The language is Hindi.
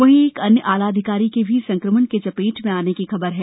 वहीं एक अन्य आला अधिकारी के भी संकमण के चपेट में आने की खबर है